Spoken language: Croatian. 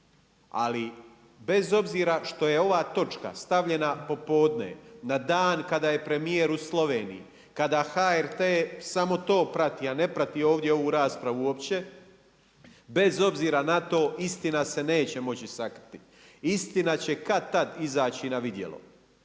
Ali bez obzira što je ova točka stavljena popodne na dan kada je premijer u Sloveniji, kada HRT samo to prati, a ne prati ovdje ovu raspravu uopće bez obzira na to istina se neće moći sakriti. Istina će kad-tad izaći na vidjelo,